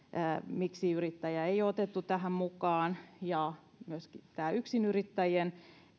miksi yrittäjiä ei ole otettu tähän mukaan ja myöskin tästä yksinyrittäjien